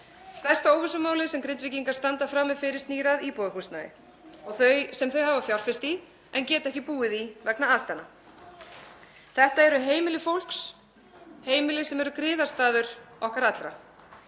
Stærsta óvissumálið sem Grindvíkingar standa frammi fyrir snýr að íbúðarhúsnæði sem þau hafa fjárfest í en geta ekki búið í vegna aðstæðna. Þetta eru heimili fólks, heimili sem eru griðastaður okkar allra.